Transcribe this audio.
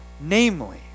Namely